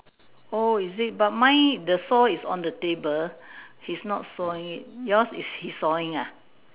oh is it but mine the saw is on the table he's not sawing it yours is he sawing ah